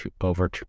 over